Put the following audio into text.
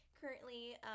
currently